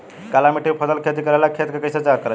काली मिट्टी पर फसल खेती करेला खेत के कइसे तैयार करल जाला?